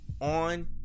on